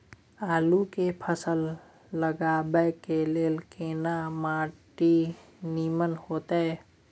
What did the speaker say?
आलू के फसल लगाबय के लेल केना माटी नीमन होयत?